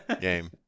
game